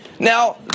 Now